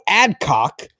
Adcock